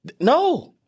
No